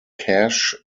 cache